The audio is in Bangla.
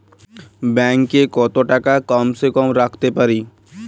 ব্যাঙ্ক এ কত টাকা কম সে কম রাখতে পারি?